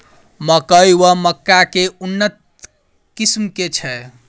मकई वा मक्का केँ उन्नत किसिम केँ छैय?